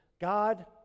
God